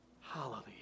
Hallelujah